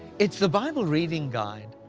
it's the bible reading guide,